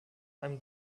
einem